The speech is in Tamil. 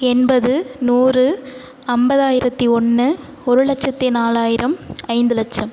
எண்பது நூறு ஐம்பதாயிரத்தி ஒன்று ஒருலட்சத்து நாலாயிரம் ஐந்து லட்சம்